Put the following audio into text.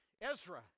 Ezra